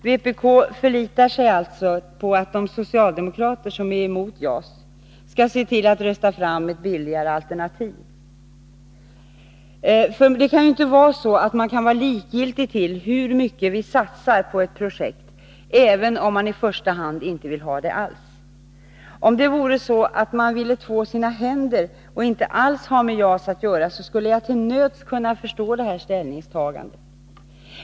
Vpk förlitar sig alltså på att de socialdemokrater som är emot JAS skall se till att rösta fram ett billigare alternativ. För man kan väl inte vara likgiltig till hur mycket vi satsar på ett projekt, även om man i första hand inte vill ha det alls. Om man ville två sina händer och inte alls ha med JAS att göra, skulle jag till nöds kunna förstå detta ställningstagande.